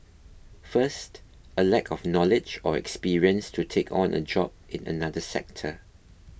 first a lack of knowledge or experience to take on a job in another sector